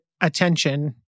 attention